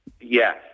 Yes